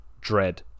Dread